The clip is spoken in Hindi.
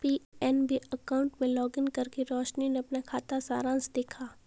पी.एन.बी अकाउंट में लॉगिन करके रोशनी ने अपना खाता सारांश देखा